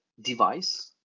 device